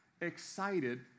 excited